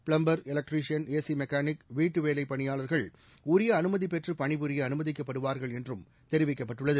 plumber electrician A C mechanic வீட்டுவேலைபணியாளர்கள் உரியஅனுமதிபெற்றுபணி புரியஅனுமதிக்கப்படுவார்கள் என்றும் தெரிவிக்கப்பட்டுள்ளது